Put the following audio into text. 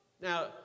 Now